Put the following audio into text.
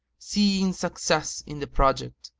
seeing success in the project,